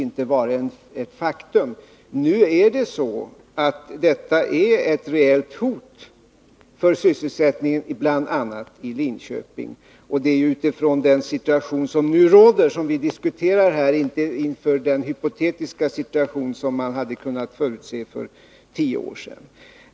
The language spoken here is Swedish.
Men nu är risken för arbetslöshet ett reellt hot i bl.a. Linköping. Det är ju med utgångspunkt i den situation som nu råder som vi diskuterar här — inte med utgångspunkt i den hypotetiska situation som varit för handen om man varit förutseende för tio år sedan.